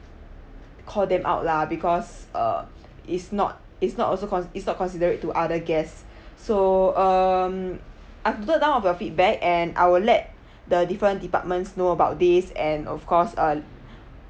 call them out lah because uh it's not it's not also cons~ it's not considerate to other guests so um I've note down of your feedback and I will let the different departments know about this and of course err